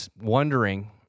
wondering